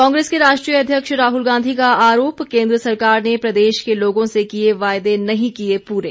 कांग्रेस के राष्ट्रीय अध्यक्ष राहुल गांधी का आरोप केन्द्र सरकार ने प्रदेश के लोगों से किए वायदे नहीं किए पूरे